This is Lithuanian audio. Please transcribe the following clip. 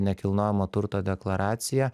nekilnojamo turto deklaraciją